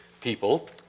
people